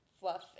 fluff